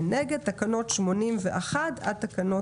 תקנות 81 עד תקנה